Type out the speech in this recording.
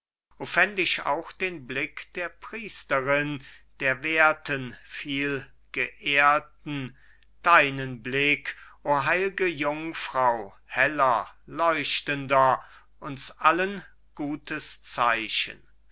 ich auch den blick der priesterin der werthen vielgeehrten deinen blick o heil'ge jungfrau heller leuchtender uns allen gutes zeichen